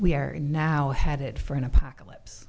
we are in now had it for an apocalypse